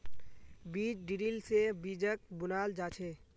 बीज ड्रिल से बीजक बुनाल जा छे